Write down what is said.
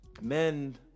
Men